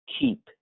Keep